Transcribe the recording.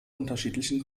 unterschiedlichen